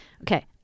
Okay